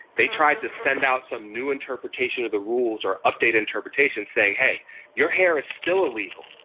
they tried to send out some new interpretation of the rules or update interpretation saying hey your hair is still illegal.